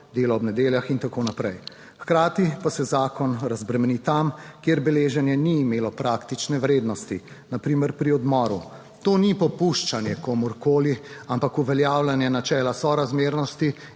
delo ob nedeljah in tako naprej. Hkrati pa se zakon razbremeni tam, kjer beleženje ni imelo praktične vrednosti, na primer pri odmoru. To ni popuščanje komurkoli, ampak uveljavljanje načela sorazmernosti